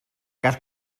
cas